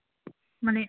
মানে